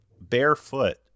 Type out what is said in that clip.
barefoot